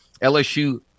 LSU